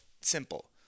Simple